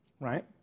right